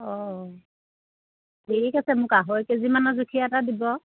অ ঠিক আছে মোক আঢ়ৈ কে জিমানৰ জুখীয়া এটা দিব